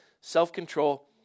self-control